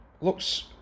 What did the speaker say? Looks